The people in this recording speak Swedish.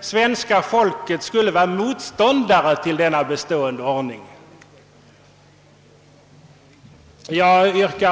svenska folket skulle vara motståndare till den bestående ordningen. Herr talman!